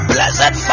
Blessed